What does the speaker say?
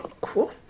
Cool